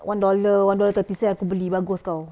one dollar one dollar thirty cent aku beli bagus tahu